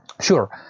Sure